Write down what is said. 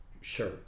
Sure